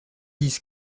dix